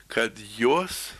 kad jos